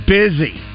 busy